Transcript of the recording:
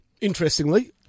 Interestingly